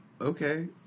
Okay